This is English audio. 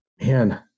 Man